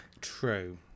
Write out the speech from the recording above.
True